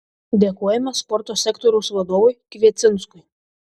dėkojame sporto sektoriaus vadovui kviecinskui